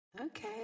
Okay